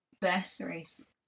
bursaries